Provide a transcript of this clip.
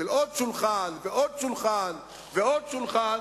של עוד שולחן ועוד שולחן ועוד שולחן,